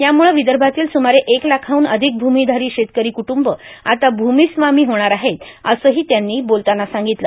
यामुळं विदर्भातील सुमारे एक लाखाहून अधिक भूमीधारी शेतकरी कुटूंब आता भूमीस्वामी होणार आहेत असं ही त्यांनी बोलताना सांगितलं